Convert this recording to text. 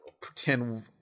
Pretend